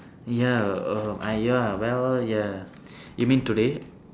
ya err I ya well ya you mean today